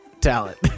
Talent